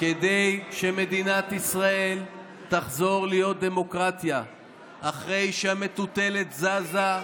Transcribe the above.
כדי שמדינת ישראל תחזור להיות דמוקרטיה אחרי שהמטוטלת זזה.